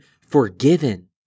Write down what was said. forgiven